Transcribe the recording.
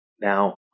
Now